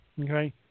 Okay